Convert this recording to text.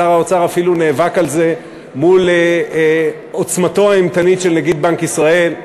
שר האוצר אפילו נאבק על זה מול עוצמתו האימתנית של נגיד בנק ישראל.